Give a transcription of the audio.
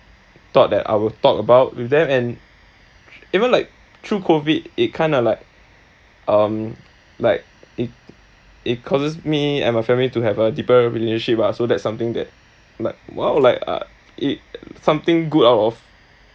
thought that I will talk about with them and even like through COVID it kinda like um like it it causes me and my family to have a deeper relationship ah so that something that like !wow! like it something good out of